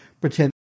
pretend